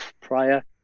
prior